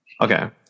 Okay